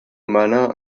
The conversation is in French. malin